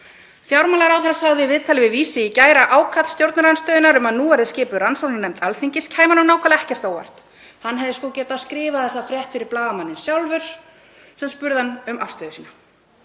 Fjármálaráðherra sagði í viðtali við Vísi í gær að ákall stjórnarandstöðunnar um að nú verði skipuð rannsóknarnefnd Alþingis kæmi honum nákvæmlega ekkert á óvart. Hann hefði getað skrifað þessa frétt fyrir blaðamanninn sjálfur sem spurði hann um afstöðu sína.